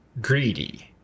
greedy